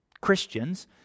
Christians